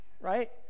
right